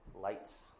lights